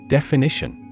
Definition